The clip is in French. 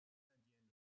indienne